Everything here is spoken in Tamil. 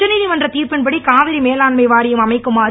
உச்சநீதிமன்றத் தீர்ப்பின்படி காவிரி மேலாண்மை வாரியம் அமைக்குமாறு